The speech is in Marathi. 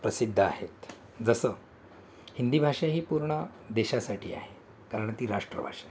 प्रसिद्ध आहेत जसं हिंदी भाषा ही पूर्ण देशासाठी आहे कारण ती राष्ट्रभाषा आहे